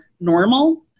normal